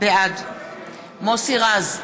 בעד מוסי רז,